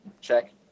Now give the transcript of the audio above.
check